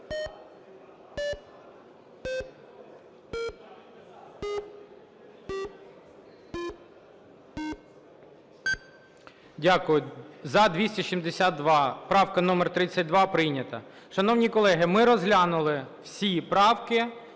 Дякую. За – 262, правка номер 32 прийнята. Шановні колеги, ми розглянули всі правки,